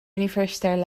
universiteit